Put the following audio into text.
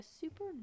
super